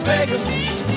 Vegas